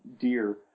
deer